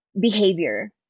behavior